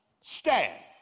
stand